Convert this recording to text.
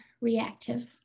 reactive